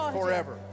forever